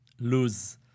Lose